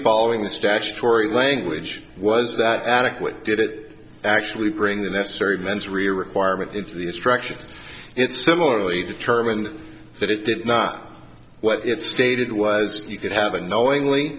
following the statutory language was that adequate did it actually bring the necessary mens rere requirement into the instructions it similarly determined that it did not what it stated was you could have unknowingly